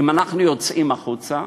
אם אנחנו יוצאים החוצה,